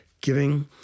giving